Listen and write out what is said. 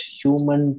human